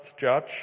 judge